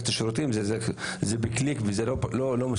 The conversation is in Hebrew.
את השירותים זה אמור להיות בקליק וזה לא מסובך.